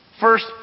First